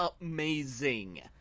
amazing